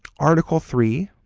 article three